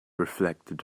reflected